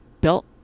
built